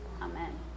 Amen